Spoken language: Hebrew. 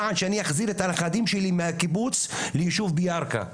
למען שאני אחזיר את הנכדים שלי מהקיבוץ ליישוב בירכא.